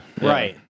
Right